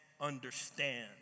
understand